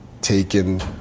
taken